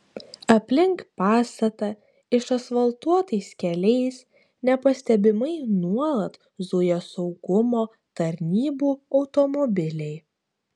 aplink pastatą išasfaltuotais keliais nepastebimai nuolat zuja saugumo tarnybų automobiliai